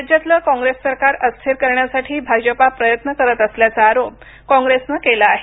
राज्यातलं काँग्रेस सरकार अस्थिर करण्यासाठी भाजपा प्रयत्न करत असल्याचा आरोप काँग्रेसनं केला आहे